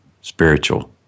spiritual